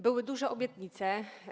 Były duże obietnice.